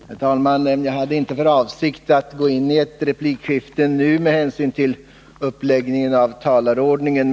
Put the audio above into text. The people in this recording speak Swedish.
Herr talman! Jag hade inte för avsikt att gå in i ett replikskifte nu med hänsyn till uppläggningen av talarordningen.